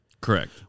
Correct